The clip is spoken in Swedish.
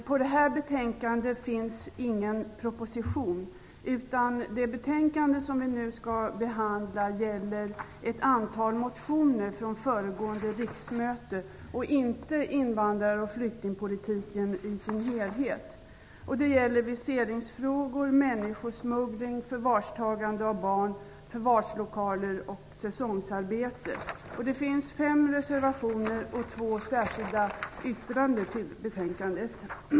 Fru talman! Betänkande SfU2 föregås inte av någon proposition, utan det betänkande som vi nu skall behandla gäller ett antal motioner från föregående riksmöte, inte invandrar och flyktingpolitiken i sin helhet. Det gäller viseringsfrågor, människosmuggling, förvarstagande av barn, förvarslokaler och säsongsarbetstillstånd. Det innehåller fem reservationer och två särskilda yttranden.